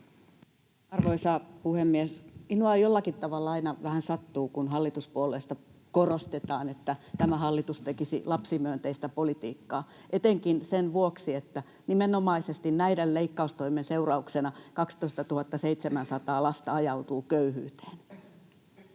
Arvoisa puhemies! Minua jollakin tavalla aina vähän sattuu, kun hallituspuolueista korostetaan, että tämä hallitus tekisi lapsimyönteistä politiikkaa, etenkin sen vuoksi, että nimenomaisesti näiden leikkaustoimien seurauksena 12 700 lasta ajautuu köyhyyteen.